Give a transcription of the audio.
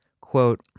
quote